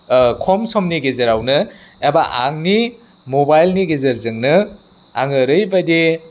खम समनि गेजेरावनो एबा आंनि मबाइलनि गेजेरजोंनो आं ओरैबायदि